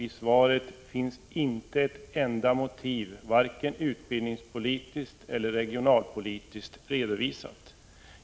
I svaret finns inte ett enda utbildningspolitiskt eller regionalpolitiskt motiv redovisat.